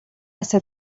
este